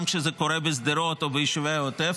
גם כשזה קורה בשדרות או ביישובי העוטף,